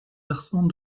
versant